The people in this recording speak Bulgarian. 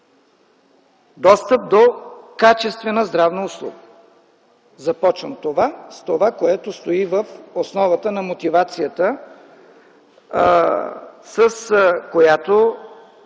достъп до качествена здравна услуга? Започвам с това, което стои в основата на мотивацията, с която